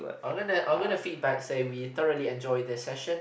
I'm gonna I'm gonna feedback say we thoroughly enjoy this session